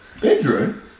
Bedroom